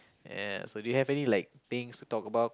ya so do you have any like things to talk about